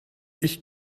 ich